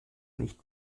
nicht